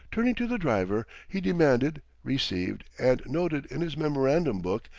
turning to the driver, he demanded, received, and noted in his memorandum-book,